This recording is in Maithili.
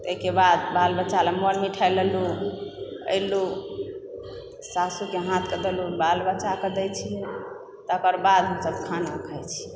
ओहिके बाद बाल बच्चा लऽ मर मिठाइ लेलु एलहुँ साउसके हाथकऽ देलहुँ बाल बच्चाकऽ दय छियै तकर बाद हमसभ खाना खाय छी